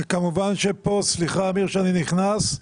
סליחה, אמיר, שאני נכנס.